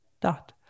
dot